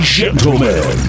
gentlemen